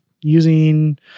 using